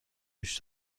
گوش